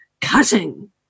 cutting